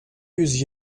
yüz